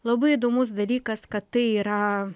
labai įdomus dalykas kad tai yra